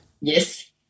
Yes